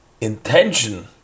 intention